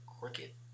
cricket